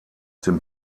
dem